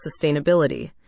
sustainability